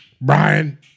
Brian